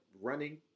running